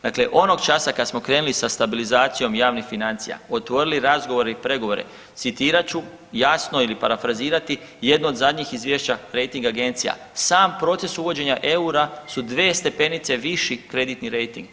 Dakle, onog časa kada smo krenuli sa stabilizacijom javnih financija otvorili razgovore i pregovore citirat ću jasno ili parafrazirati jedno od zadnjih izvješća rejting agencija sam proces uvođenja eura su dvije stepenice viši kreditni rejting.